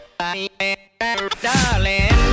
Darling